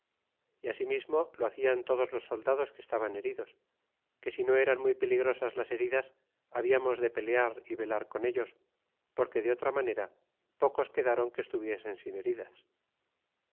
y asimismo lo hacian todos los soldados que estaban heridos que si no eran muy peligrosas las heridas habiamos de pelear y velar con ellos porque de otra manera pocos quedron que estuviesen sin heridas